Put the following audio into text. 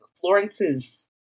Florence's